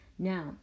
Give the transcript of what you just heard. Now